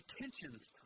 tensions